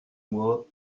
mois